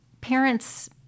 parents